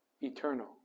eternal